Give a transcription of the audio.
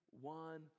one